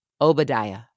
Obadiah